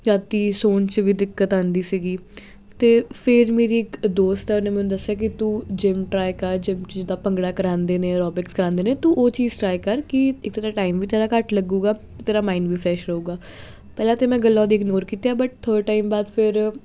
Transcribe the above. ਰਾਤੀ ਸੌਣ 'ਚ ਵੀ ਦਿੱਕਤ ਆਉਂਦੀ ਸੀਗੀ ਅਤੇ ਫਿਰ ਮੇਰੀ ਇੱਕ ਦੋਸਤ ਆ ਉਹਨੇ ਮੈਨੂੰ ਦੱਸਿਆ ਕਿ ਤੂੰ ਜਿਮ ਟਰਾਈ ਕਰ ਜਿੰਮ 'ਚ ਜਿੱਦਾਂ ਭੰਗੜਾ ਕਰਾਉਂਦੇ ਨੇ ਐਰੋਬਿਕਸ ਕਰਾਉਂਦੇ ਨੇ ਤੂੰ ਉਹ ਚੀਜ਼ ਟਰਾਈ ਕਰ ਕਿ ਇੱਕ ਤਾਂ ਤੇਰਾ ਟਾਈਮ ਵੀ ਤੇਰਾ ਘੱਟ ਲੱਗੂਗਾ ਤੇਰਾ ਮਾਈਂਡ ਵੀ ਫਰੈਸ਼ ਰਹੇਗਾ ਪਹਿਲਾਂ ਤਾਂ ਮੈਂ ਗੱਲਾਂ ਉਹਦੀਆਂ ਇਗਨੋਰ ਕੀਤੀਆਂ ਬਟ ਥੋੜ੍ਹੇ ਟਾਈਮ ਬਾਅਦ ਫਿਰ